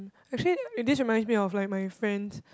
actually this reminds me of like my friends